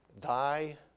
Thy